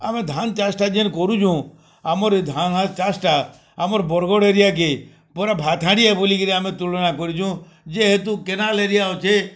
ଆମେ ଧାନ୍ ଚାଷ୍ଟା ଯେନ୍ କରୁଚୁଁ ଆମର୍ ଇ ଧାନ୍ ଚାଷ୍ଟା ଆମର୍ ବର୍ଗଡ଼୍ ଏରିଆକେ ପୁରା ଭାତ୍ ହାଣି ଏ ବଲିକରି ଆମେ ତୁଳନା କରିଚୁଁ ଯେହେତୁ କେନାଲ୍ ଏରିଆ ଅଛେ